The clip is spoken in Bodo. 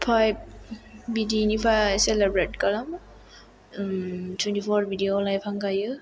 फाइभ बिदिनिफ्राय सेलेब्रेट खालामो थुइनथिपर बिदियाव लाइफां गायो